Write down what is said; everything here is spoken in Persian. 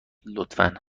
لطفا